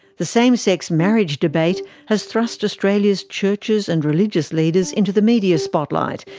the same-sex marriage debate has thrust australia's churches and religious leaders into the media spotlight,